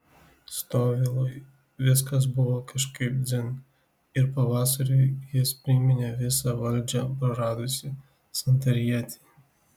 stovylui viskas buvo kažkaip dzin ir pavasariui jis priminė visą valdžią praradusį santarietį